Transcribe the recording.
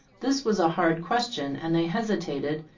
this was a hard question, and they hesitated,